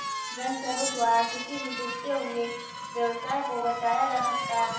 जन सहयोग द्वारा किसी भी डूबते हुए व्यवसाय को बचाया जा सकता है